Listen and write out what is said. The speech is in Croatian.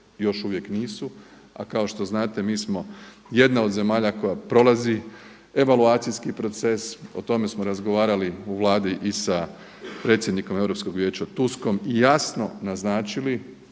još uvijek nisu, a kao što znate mi smo jedna od zemalja koja prolazi evaluacijski proces, o tome smo razgovarali u Vladi i sa predsjednikom Europskog vijeća Tuskom i jasno naznačili